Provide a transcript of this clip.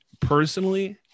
personally